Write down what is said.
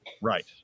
Right